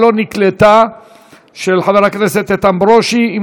של חבר הכנסת איתן ברושי לא נקלטה.